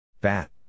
Bat